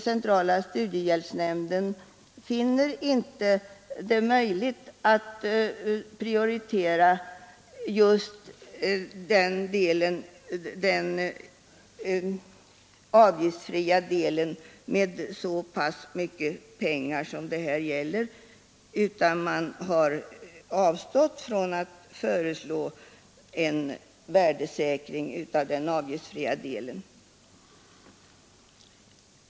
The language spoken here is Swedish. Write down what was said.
Man finner det därför inte möjligt att prioritera den återbetalningsfria delen av studiemedlen med så mycket pengar som det här gäller. Man har därför avstått från att föreslå en värdesäkring av den återbetalningsfria delen av studiemedlen.